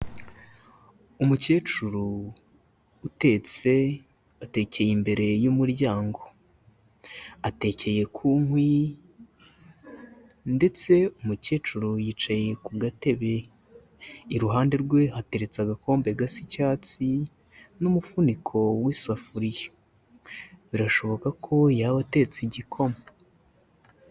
Umukecuru utetse, atekeye imbere y'umuryango. Atekeye ku nkwi ndetse umukecuru yicaye ku gatebe. Iruhande rwe hateretse agakombe gasa icyatsi n'umufuniko w'isafuriya. Birashoboka ko yaba atetse igikoma.